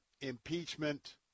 impeachment